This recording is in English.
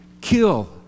kill